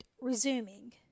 resuming